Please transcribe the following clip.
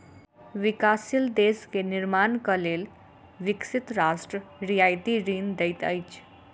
विकासशील देश के निर्माणक लेल विकसित राष्ट्र रियायती ऋण दैत अछि